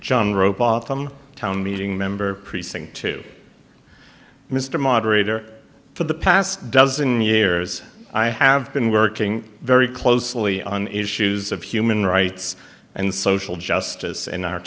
john robotham town meeting member precinct two mr moderator for the past dozen years i have been working very closely on issues of human rights and social justice in our